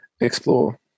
explore